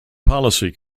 policy